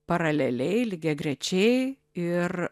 paraleliai lygiagrečiai ir